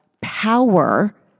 power